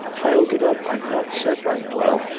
i'll get up i'm not sick i'm well.